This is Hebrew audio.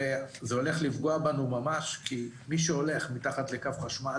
זה הולך לפגוע בנו ממש כי מי שהולך מתחת לקו חשמל